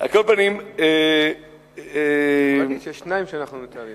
אתה יכול לומר שיש שניים שאנחנו מתעבים,